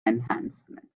enhancement